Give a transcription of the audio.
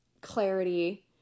clarity